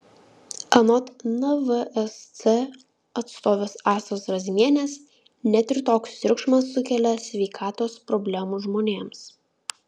anot nvsc atstovės astos razmienės net ir toks triukšmas sukelia sveikatos problemų žmonėms